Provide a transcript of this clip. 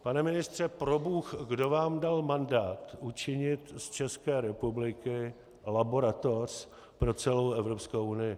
Pane ministře, probůh, kdo vám dal mandát učinit z České republiky laboratoř pro celou Evropskou unii?